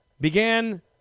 Began